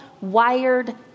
wired